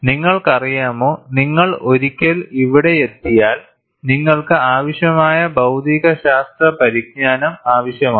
നിങ്ങൾക്കറിയാമോ നിങ്ങൾ ഒരിക്കൽ ഇവിടെയെത്തിയാൽ നിങ്ങൾക്ക് ആവശ്യമായ ഭൌതിക ശാസ്ത്ര പരിജ്ഞാനംആവശ്യമാണ്